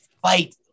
fight